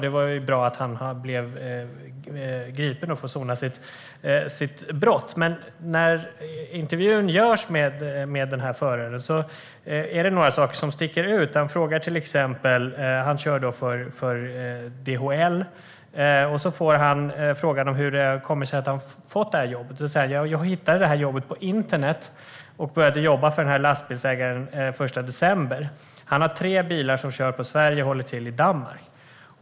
Det var ju bra att han blev gripen och nu får sona sitt brott. Vid intervjun med den rumänske föraren är det några saker som sticker ut. Han körde för DHL, och fick frågan hur det kommer sig att han fick det här jobbet. Han svarar att han hittade det på internet och började jobba för den här lastbilsägaren den 1 december. Lastbilsägaren har tre bilar som kör på Sverige och håller till i Danmark.